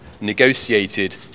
negotiated